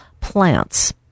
plants